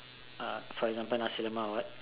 uh for example nasi lemak or what